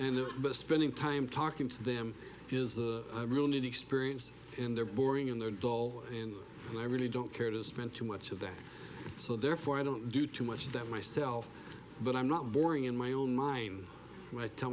they're spending time talking to them is the real neat experience and they're boring in their dall and i really don't care to spend too much of them so therefore i don't do too much of that myself but i'm not boring in my own mind when i tell